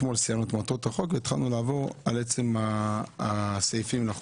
אתמול סיימנו את מטרות החוק והתחלנו לעבור על עצם הסעיפים לחוק.